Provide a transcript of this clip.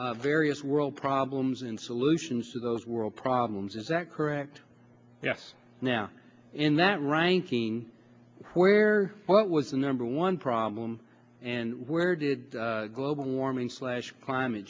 rank various world problems and solutions to those world problems is that correct yes now in that ranking where what was the number one problem and where did global warming slash climate